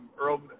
Earl